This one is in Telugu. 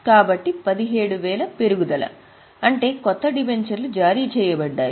కాబట్టి 17000 పెరుగుదల అంటే కొత్త డిబెంచర్లు జారీ చేయబడతాయి